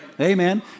Amen